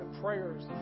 prayers